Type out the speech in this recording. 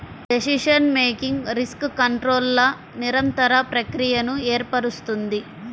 decision making risk కంట్రోల్ల నిరంతర ప్రక్రియను ఏర్పరుస్తుంది